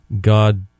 God